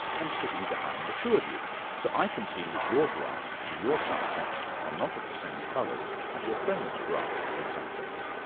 am sitting behind the two of you so i can see that your grass and your sunsets are not of the same colours as your friend's grass and sunsets.